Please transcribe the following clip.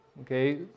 okay